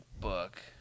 book